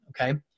Okay